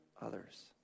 others